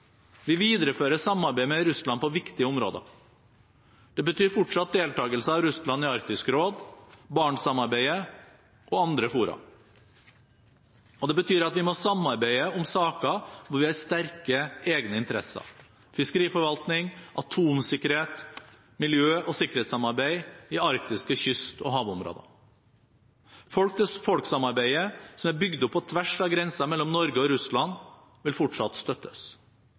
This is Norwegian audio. Vi viderefører samarbeidet med Russland på viktige områder. Det betyr fortsatt deltakelse av Russland i Arktisk råd, Barentssamarbeidet og andre fora. Og det betyr at vi må samarbeide om saker der vi har sterke egne interesser: fiskeriforvaltning, atomsikkerhet, miljø og sikkerhetssamarbeid i arktiske kyst- og havområder. Folk-til-folk-samarbeidet som er bygd opp på tvers av grensen mellom Norge og Russland, vil fortsatt støttes.